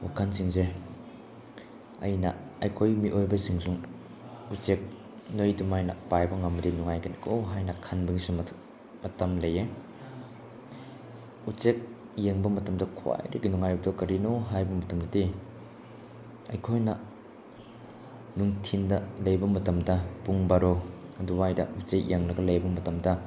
ꯋꯥꯈꯜꯁꯤꯡꯁꯦ ꯑꯩꯅ ꯑꯩꯈꯣꯏ ꯃꯤꯑꯣꯏꯁꯤꯡꯁꯨ ꯎꯆꯦꯛ ꯅꯣꯏ ꯑꯗꯨꯃꯥꯏꯅ ꯄꯥꯏꯕ ꯉꯝꯃꯗꯤ ꯅꯨꯡꯉꯥꯏꯒꯅꯤꯀꯣ ꯍꯥꯏꯅ ꯈꯟꯕꯒꯤꯁꯨ ꯃꯇꯝ ꯂꯩ ꯎꯆꯦꯛ ꯌꯦꯡꯕ ꯃꯇꯝꯗ ꯈ꯭ꯋꯥꯏꯗꯒꯤ ꯅꯨꯡꯉꯥꯏꯕꯗꯣ ꯀꯔꯤꯅꯣ ꯍꯥꯏꯕ ꯃꯇꯝꯗꯗꯤ ꯑꯩꯈꯣꯏꯅ ꯅꯨꯡꯊꯤꯟꯗ ꯂꯩꯕ ꯃꯇꯝꯗ ꯄꯨꯡ ꯕꯥꯔꯣ ꯑꯗꯨꯋꯥꯏꯗ ꯎꯆꯦꯛ ꯌꯦꯡꯂꯒ ꯂꯩꯕ ꯃꯇꯝꯗ